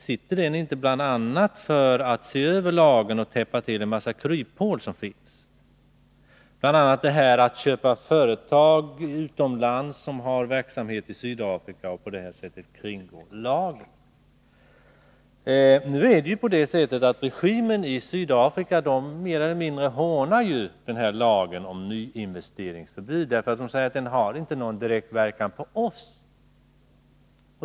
Sitter den inte bl.a. för att se över lagen och täppa till en massa kryphål som finns, bl.a. möjligheten att köpa företag utomlands som har verksamhet i Sydafrika och på det sättet kringgå lagen. Nu är det på det sättet att regimen i Sydafrika mer eller mindre hånar lagen om nyinvesteringsförbud. De säger att den inte har någon direkt verkan på den.